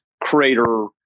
crater